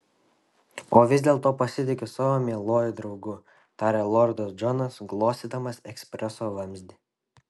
o vis dėlto pasitikiu savo mieluoju draugu tarė lordas džonas glostydamas ekspreso vamzdį